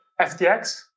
FTX